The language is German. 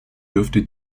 dürfte